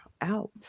out